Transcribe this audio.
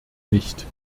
nicht